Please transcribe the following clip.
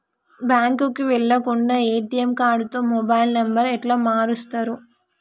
బ్యాంకుకి వెళ్లకుండా ఎ.టి.ఎమ్ కార్డుతో మొబైల్ నంబర్ ఎట్ల మారుస్తరు?